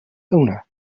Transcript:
owner